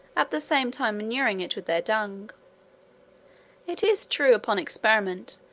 at the same time manuring it with their dung it is true, upon experiment,